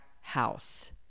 House